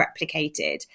replicated